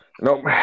Nope